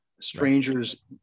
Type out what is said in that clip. strangers